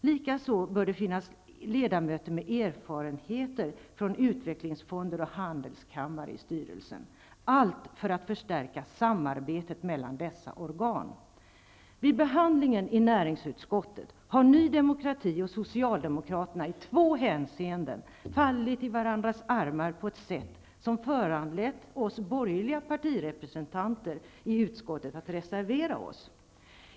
Likaså bör det finnas ledamöter med erfarenheter från utvecklingsfonder och handelskammare i styrelsen -- allt för att förstärka samarbetet mellan dessa organ. Vid behandlingen i näringsutskottet har Ny demokrati och Socialdemokraterna i två hänseenden fallit i varandras armar på ett sätt som föranlett oss borgerliga partirepresentanter i utskottet att reservera oss.